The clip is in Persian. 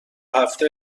هفته